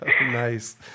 Nice